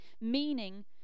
meaning